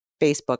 Facebook